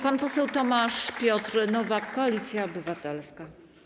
Pan poseł Tomasz Piotr Nowak, Koalicja Obywatelska.